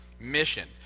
mission